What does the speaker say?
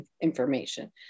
information